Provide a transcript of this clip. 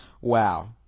wow